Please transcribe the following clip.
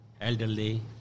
elderly